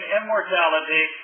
immortality